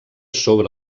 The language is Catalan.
sobre